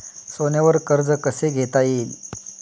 सोन्यावर कर्ज कसे घेता येईल?